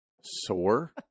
sore